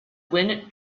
wind